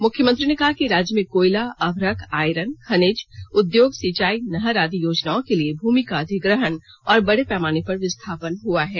मुख्यमंत्री ने कहा कि राज्य में कोयला अम्रक आयरन खनिज उद्योग सिंचाई नहर आदि योजनाओँ के लिए भूमि का अधिग्रहण और बड़े पैमाने पर विस्थापन हआ है